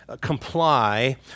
comply